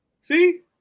See